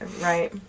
Right